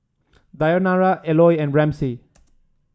Dayanara Eloy and Ramsey